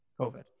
COVID